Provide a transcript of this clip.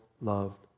loved